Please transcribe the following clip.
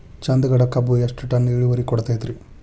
ಚಂದಗಡ ಕಬ್ಬು ಎಷ್ಟ ಟನ್ ಇಳುವರಿ ಕೊಡತೇತ್ರಿ?